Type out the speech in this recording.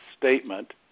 statement